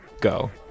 go